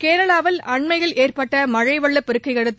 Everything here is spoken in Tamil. கேரளாவில் அண்மையில் ஏற்பட்ட மழை வெள்ளப்பெருக்கையடுத்து